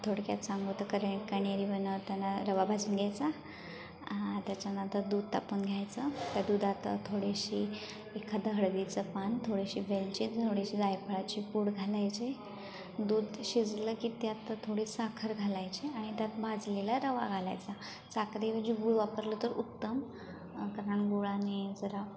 थोडक्यात सांगतो कणे कण्हेरी बनवताना रवा भाजून घ्यायचा त्याच्यानंतर दूध तापवून घ्यायचं त्या दुधात थोडंशी एखादं हळदीचं पान थोडीशी वेलची थोडीशी जायफळाची पूड घालायची दूध शिजलं की त्यात थोडी साखर घालायची आणि त्यात भाजलेला रवा घालायचा साखरेऐवजी गूळ वापरलं तर उत्तम कारण गुळाने जरा